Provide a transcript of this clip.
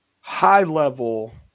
high-level